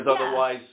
otherwise